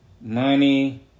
money